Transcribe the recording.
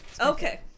Okay